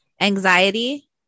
Anxiety